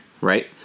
right